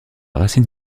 racine